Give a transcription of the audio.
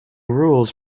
rules